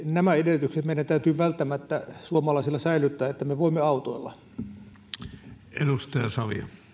nämä edellytykset meidän täytyy välttämättä suomalaisilla säilyttää että me voimme autoilla arvoisa